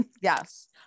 Yes